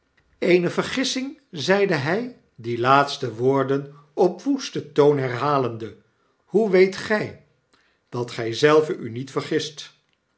eene vergissing zeide hy die laatste woorden op woesten toon herhalende hoe weet gy dat gij zelve u niet vergist